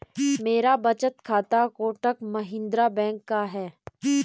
मेरा बचत खाता कोटक महिंद्रा बैंक का है